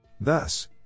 Thus